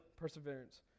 perseverance